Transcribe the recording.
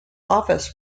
office